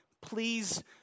Please